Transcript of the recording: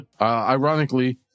ironically